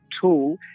tool